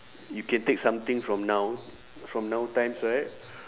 you can take something from now from now times right